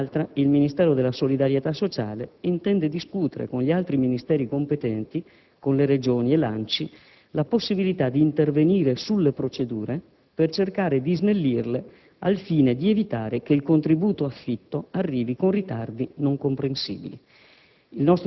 e dall'altra il Ministero della solidarietà sociale intende discutere con gli altri Ministeri competenti, con le Regioni e l'ANCI la possibilità di intervenire sulle procedure per cercare di snellirle al fine di evitare che il contributo affitto arrivi con ritardi non comprensibili.